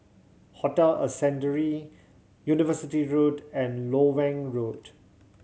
Hotel Ascendere University Road and Loewen Road